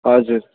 हजुर